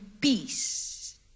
peace